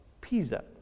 Pisa